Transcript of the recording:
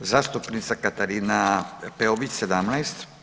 Zastupnica Katarina Peović, 17.